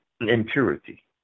impurity